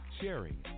sharing